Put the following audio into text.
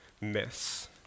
myths